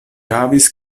havis